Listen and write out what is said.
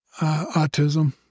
autism